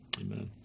Amen